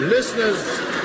Listeners